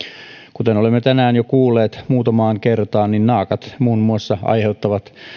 kuten olemme tänään jo kuulleet muutamaan kertaan niin naakat muun muassa aiheuttavat